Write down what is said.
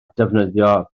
ddefnyddio